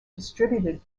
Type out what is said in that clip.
distributed